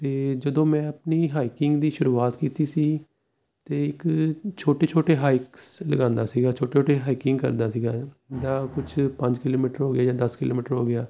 ਅਤੇ ਜਦੋਂ ਮੈਂ ਆਪਣੀ ਹਾਈਕਿੰਗ ਦੀ ਸ਼ੁਰੂਆਤ ਕੀਤੀ ਸੀ ਤਾਂ ਇੱਕ ਛੋਟੇ ਛੋਟੇ ਹਾਈਕਸ ਲਗਾਉਂਦਾ ਸੀਗਾ ਛੋਟੇ ਛੋਟੇ ਹਾਈਕਿੰਗ ਕਰਦਾ ਸੀਗਾ ਜਾਂ ਕੁਝ ਪੰਜ ਕਿਲੋਮੀਟਰ ਹੋ ਗਏ ਜਾਂ ਦਸ ਕਿਲੋਮੀਟਰ ਹੋ ਗਿਆ